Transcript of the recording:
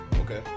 Okay